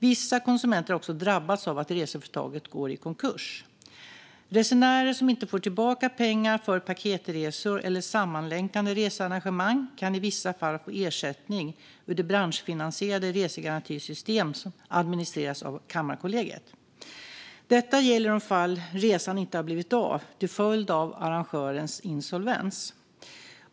Vissa konsumenter har också drabbats av att reseföretaget gått i konkurs. Resenärer som inte får tillbaka pengar för paketresor eller sammanlänkade researrangemang kan i vissa fall få ersättning ur det branschfinansierade resegarantisystem som administreras av Kammarkollegiet. Detta gäller i de fall resan inte har blivit av till följd av arrangörens insolvens.